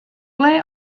ble